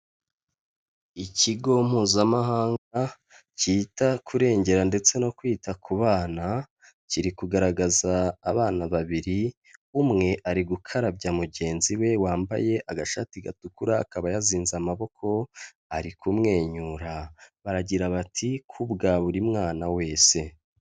Ikigo Mpuzamahanga kita kurengera ndetse no kwita ku bana, kiri kugaragaza abana babiri, umwe ari gukarabya mugenzi we wambaye agashati gatukura, akaba yazinze amaboko ari kumwenyura, baragira bati '' kubwa buri mwana wese''.